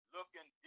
Looking